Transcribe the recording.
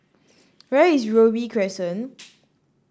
where is Robey Crescent